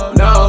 no